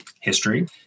History